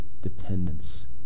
dependence